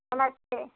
नमस्ते